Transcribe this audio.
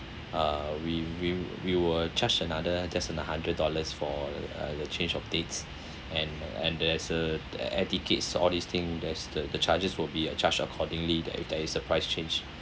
uh we we we will charge another just another hundred dollars for uh the change of dates and and there's uh air tickets all these thing that's the the charges will be uh charged accordingly that if there is a price change